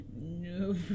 No